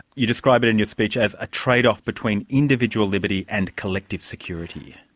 you described it in your speech as a trade-off between individual liberty and collective security.